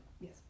Yes